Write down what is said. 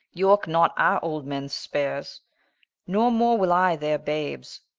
yorke, not our old men spares no more will i their babes,